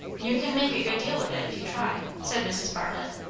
you can make a good deal of it if you try, said mrs. bartlett.